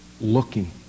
looking